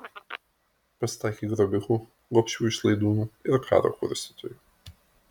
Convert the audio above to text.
pasitaikė grobikų gobšių išlaidūnų ir karo kurstytojų